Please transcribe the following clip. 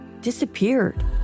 disappeared